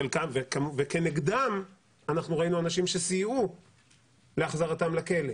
וכנגדם אנחנו ראינו אנשים שסייעו להחזרתם לכלא.